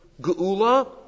Geula